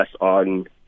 on